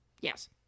Yes